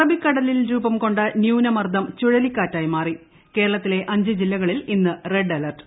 അറബിക്കടലിൽ രൂപംകൊണ്ട ന്യൂനമർദ്ദം ചുഴലിക്കാറ്റായി മാറി കേരളത്തിലെ അഞ്ച് ജില്ലകളിൽ ഇന്ന് റെഡ് അലർട്ട്